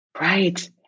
Right